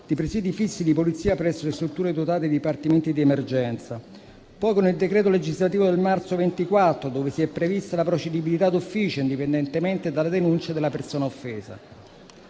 di presìdi fissi di polizia presso le strutture dotate di dipartimenti di emergenza, poi con il decreto legislativo del marzo 2024, dove si è prevista la procedibilità d'ufficio indipendentemente dalle denunce della persona offesa.